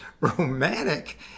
romantic